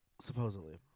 Supposedly